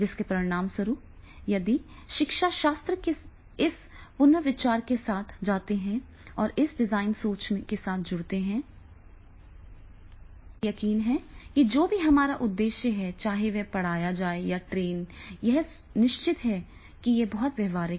जिसके परिणामस्वरूप यदि हम शिक्षाशास्त्र के इस पुनर्विचार के साथ जाते हैं और इसे डिजाइन सोच के साथ जोड़ते हैं तो मुझे यकीन है कि जो भी हमारा उद्देश्य है चाहे वह पढ़ाया जाए या ट्रेन यह निश्चित है कि यह बहुत व्यावहारिक है